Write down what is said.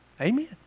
Amen